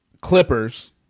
Clippers